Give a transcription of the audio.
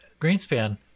greenspan